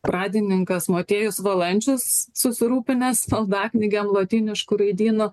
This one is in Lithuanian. pradininkas motiejus valančius susirūpinęs maldaknygėm lotynišku raidynu